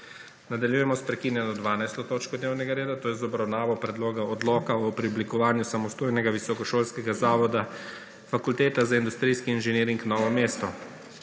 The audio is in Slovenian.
Nadaljujemo s prekinjeno 12. točko dnevnega reda – z obravnavo Predlog odloka o preoblikovanju samostojnega visokošolskega zavoda Fakulteta za industrijski inženiring Novo mesto.